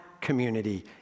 community